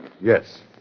Yes